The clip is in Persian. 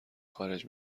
خارج